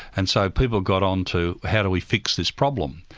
and so people got on to how do we fix this problem?